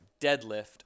deadlift